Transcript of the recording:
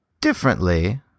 Differently